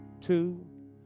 Two